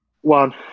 One